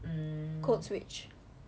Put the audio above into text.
codeswitch